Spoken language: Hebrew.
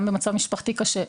גם במצב משפחתי קשה,